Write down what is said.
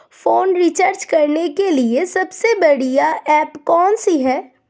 Phone recharge करने के लिए सबसे बढ़िया ऐप कौन सी है?